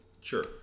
Sure